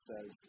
says